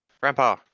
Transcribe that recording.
Grandpa